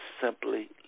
simply